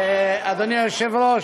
אדוני היושב-ראש,